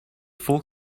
full